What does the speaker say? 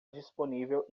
disponível